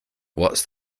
what’s